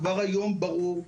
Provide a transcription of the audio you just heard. כבר היום ברור,